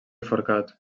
forcat